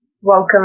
welcome